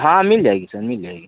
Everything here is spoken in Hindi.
हाँ मिल जाएगी सर मिल जाएगी